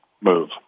move